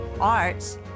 arts